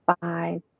five